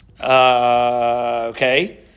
Okay